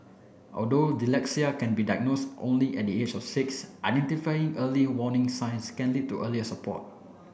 although dyslexia can be diagnosed only at the age of six identifying early warning signs can lead to earlier support